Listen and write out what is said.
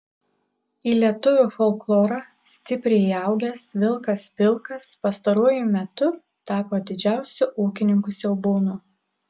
į lietuvių folklorą stipriai įaugęs vilkas pilkas pastaruoju metu tapo didžiausiu ūkininkų siaubūnu